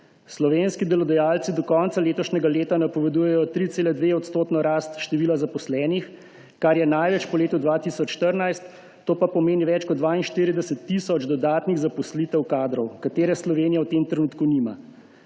Slovenski delodajalci do konca letošnjega leta napovedujejo 3,2-odstotno rast števila zaposlenih, kar je največ po letu 2014, to pa pomeni več kot 42 tisoč dodatnih zaposlitev kadrov, ki jih Slovenija v tem trenutku nima.